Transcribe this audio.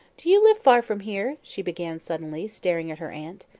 do you live far from here? she began suddenly, staring at her aunt.